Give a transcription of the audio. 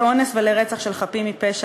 לאונס ולרצח של חפים מפשע,